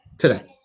Today